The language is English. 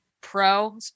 pro